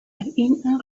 این